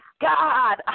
God